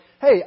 hey